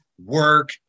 work